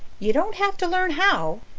you don't have to learn how.